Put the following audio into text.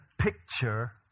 picture